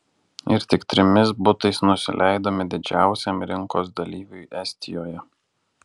ir tik trimis butais nusileidome didžiausiam rinkos dalyviui estijoje